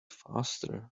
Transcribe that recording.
faster